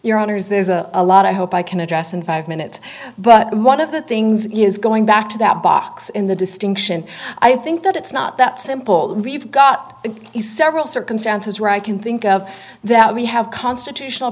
your honors there's a lot i hope i can address in five minutes but one of the things is going back to that box in the distinction i think that it's not that simple that we've got several circumstances right can think of that we have constitutional